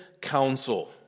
counsel